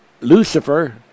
Lucifer